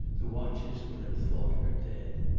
the watchers would have thought her dead.